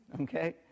okay